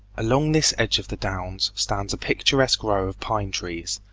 along this edge of the downs stands a picturesque row of pine-trees,